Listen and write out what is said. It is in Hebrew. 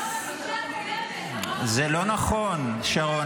--- זה לא נכון, שרון.